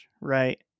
right